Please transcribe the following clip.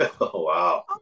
Wow